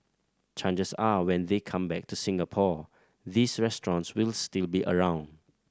chances are when they come back to Singapore these restaurants will still be around